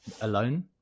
alone